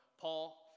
Paul